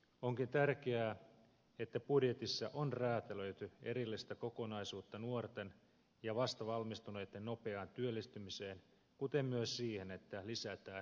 onkin tärkeää että budjetissa on räätälöity erillistä kokonaisuutta nuorten ja vastavalmistuneiden nopeaan työllistymiseen kuten myös siihen että lisätään merkittävästi koulutuspaikkoja